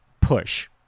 push